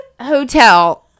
hotel